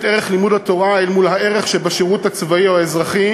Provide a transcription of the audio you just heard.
ערך לימוד התורה אל מול הערך שבשירות הצבאי או האזרחי